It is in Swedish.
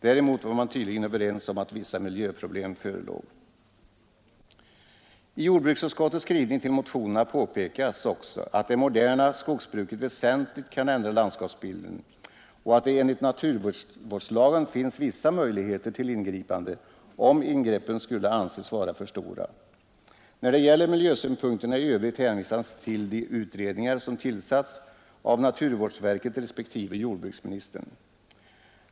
Däremot var man tydligen överens om att I jordbruksutskottets skrivning över motionerna påpekas också att det moderna skogsbruket väsentligt kan ändra landskapsbilden och att det enligt naturvårdslagen finns vissa möjligheter till ingripande, om ingreppen skulle anses för stora. När det gäller miljösynpunkterna i övrigt hänvisas till de utredningar som igångsatts av naturvårdsverket respektive jordbruksministern.